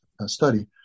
study